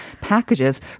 packages